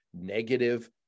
negative